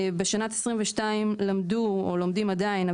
בשנת 2022 למדו או לומדים עדיין,